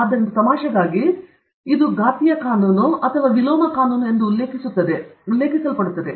ಆದ್ದರಿಂದ ತಮಾಷೆಯಾಗಿ ಆಗಾಗ್ಗೆ ಇದು ಘಾತೀಯ ಕಾನೂನು ಅಥವಾ ವಿಲೋಮ ಕಾನೂನು ಎಂದು ಉಲ್ಲೇಖಿಸುತ್ತದೆ